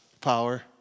power